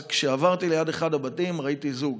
כשעברתי ליד אחד הבתים ראיתי זוג